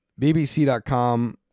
BBC.com